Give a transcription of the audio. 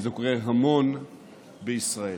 וזה קורה המון בישראל.